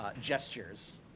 Gestures